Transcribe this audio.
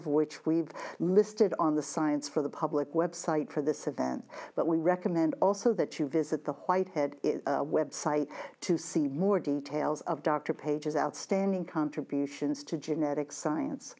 of which we've listed on the science for the public website for this event but we recommend also that you visit the white head website to see more details of dr page's outstanding contributions to genetic science